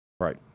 Right